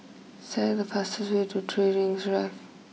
select the fastest way to three Rings Drive